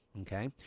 Okay